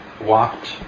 walked